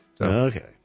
Okay